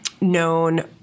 known